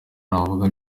navuga